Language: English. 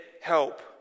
help